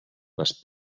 les